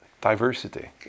diversity